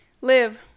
Live